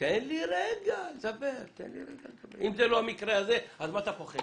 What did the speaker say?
אם זה לא המקרה הזה, אז ממה אתה פוחד?